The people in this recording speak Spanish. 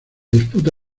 disputa